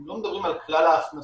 הם לא מדברים על כלל הכנסות